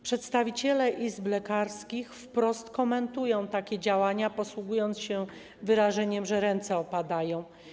Przedstawiciele izb lekarskich wprost komentują takie działania, posługując się wyrażeniem, że ręce opadają.